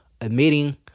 admitting